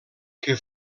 que